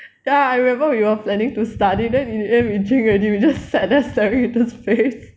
ya I remember we were planning to study then in the end we drink already we just sat there staring into space